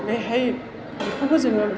बेहाय बेखौबो जोङो